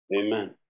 Amen